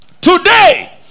today